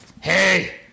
Hey